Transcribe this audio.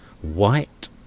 White